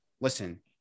listen